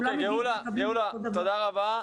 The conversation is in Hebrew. כולם מקבלים אותו דבר --- תודה רבה.